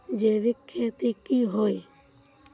जैविक खेती की होय?